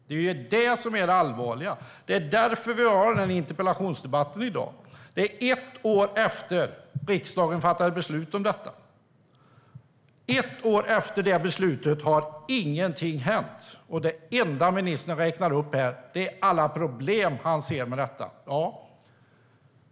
Det är det som är det allvarliga, och det är därför vi har den här interpellationsdebatten i dag. Det är ett år sedan riksdagen fattade beslut om detta. Ett år efter det beslutet har ingenting hänt, och det enda ministern räknar upp här är alla pro-blem han ser.